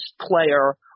player